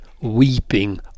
weeping